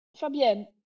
Fabienne